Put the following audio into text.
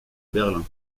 berlin